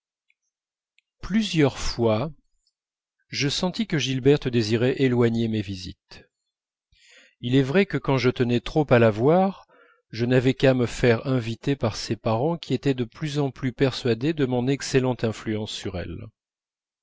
plusieurs fois je sentis que gilberte désirait éloigner mes visites il est vrai que quand je tenais trop à la voir je n'avais qu'à me faire inviter par ses parents qui étaient de plus en plus persuadés de mon excellente influence sur elle